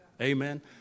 Amen